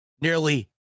nearly